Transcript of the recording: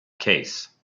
case